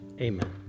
amen